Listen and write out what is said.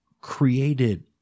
created